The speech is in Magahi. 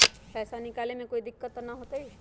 पैसा निकाले में कोई दिक्कत त न होतई?